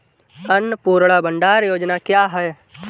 अन्नपूर्णा भंडार योजना क्या है?